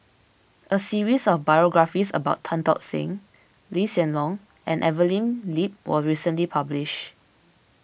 a series of biographies about Tan Tock San Lee Hsien Loong and Evelyn Lip was recently published